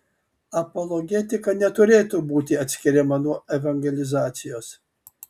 apologetika neturėtų būti atskiriama nuo evangelizacijos